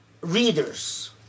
readers